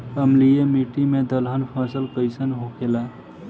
अम्लीय मिट्टी मे दलहन फसल कइसन होखेला?